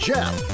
Jeff